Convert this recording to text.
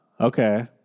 Okay